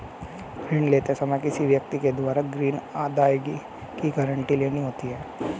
ऋण लेते समय किसी व्यक्ति के द्वारा ग्रीन अदायगी की गारंटी लेनी होती है